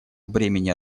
бремени